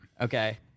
Okay